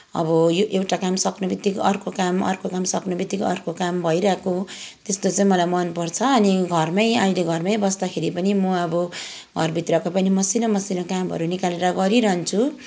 अब यो एउटा काम सक्ने बित्तिकै अर्को अर्को काम सक्ने बित्तिकै अर्को काम भइरहेको त्यस्तो चाहिँ मलाई मनपर्छ अनि घरमै अहिले घरमै बस्दाखेरि पनि म अब घरभित्रको पनि मसिना मसिना कामहरू निकालेर गरिरहन्छु